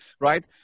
right